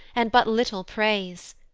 and but little praise.